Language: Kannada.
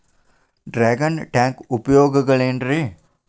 ಡ್ರ್ಯಾಗನ್ ಟ್ಯಾಂಕ್ ಉಪಯೋಗಗಳೆನ್ರಿ?